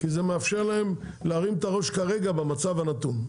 כי זה מאפשר להם להרים את הראש כרגע, במצב הנתון.